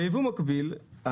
ביבוא מקביל,